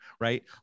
Right